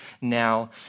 now